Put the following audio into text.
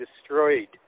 destroyed